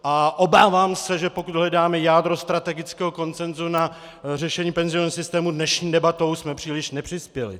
A obávám se, že pokud hledáme jádro strategického konsenzu na řešení penzijního systému, dnešní debatou jsme příliš nepřispěli.